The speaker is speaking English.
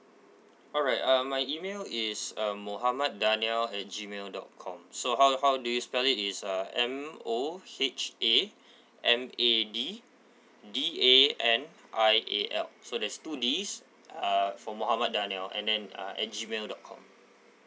alright uh my email is uh mohamad danial at G mail dot com so how how do you spell it is uh M O H A M A D D A N I A L so there's two Ds uh for mohamad danial and then uh at G mail dot com